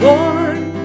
one